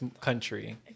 country